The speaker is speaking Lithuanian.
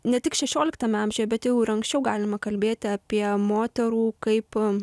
ne tik šešioliktame amžiuje bet jau ir anksčiau galima kalbėti apie moterų kaip